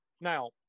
Now